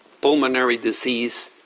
pulmonary disease,